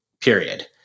period